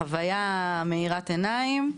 חוויה מאירת עיניים.